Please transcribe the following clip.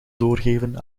doorgeven